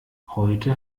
heute